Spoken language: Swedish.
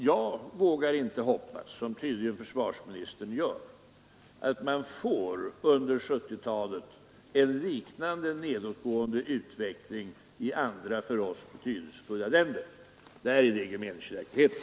Jag vågar inte hoppas, vilket tydligen försvarsministern gör, att man under 1970-talet får en liknande nedåtgående utveckling i andra för oss betydelsefulla länder. Där ligger meningsskiljaktigheten.